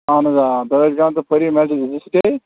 اَہن حظ آ دٲچھ گام تہٕ پری محل زٕ سٹے